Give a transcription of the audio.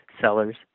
sellers